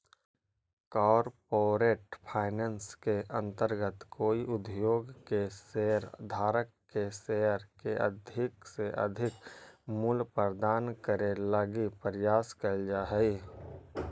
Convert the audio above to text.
corporate finance के अंतर्गत कोई उद्योग के शेयर धारक के शेयर के अधिक से अधिक मूल्य प्रदान करे लगी प्रयास कैल जा हइ